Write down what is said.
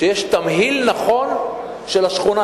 שיש תמהיל נכון של השכונה.